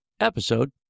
episode